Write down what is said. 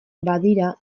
badira